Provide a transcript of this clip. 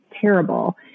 terrible